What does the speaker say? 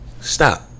stop